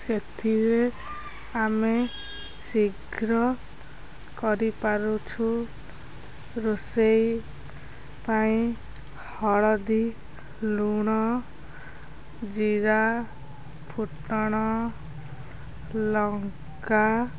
ସେଥିରେ ଆମେ ଶୀଘ୍ର କରି ପାରୁଛୁ ରୋଷେଇ ପାଇଁ ହଳଦୀ ଲୁଣ ଜିରା ଫୁଟଣ ଲଙ୍କା